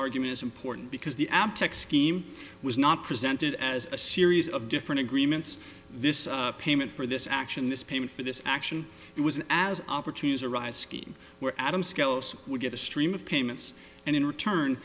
argument is important because the ab tech scheme was not presented as a series of different agreements this payment for this action this payment for this action it was as opportunities arise scheme where adam scales would get a stream of payments and in return